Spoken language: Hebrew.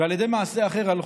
ועל ידי מעשה אחר הלכו.